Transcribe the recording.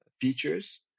features